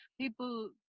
people